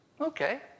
Okay